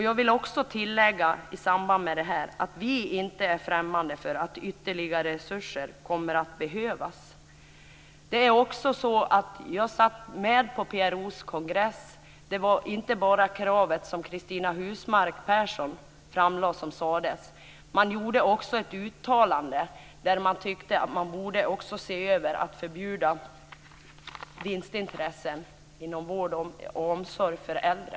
Jag vill också tillägga i samband med detta att vi inte är främmande för att ytterligare resurser kommer att behövas. Jag satt med på PRO:s kongress. Det var inte bara det krav som Cristina Husmark Pehrsson framlade som sades. Man gjorde också ett uttalande där man tyckte att man också borde se över ett förbjudande av vinstintressen inom vård och omsorg för äldre.